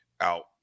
out